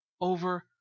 over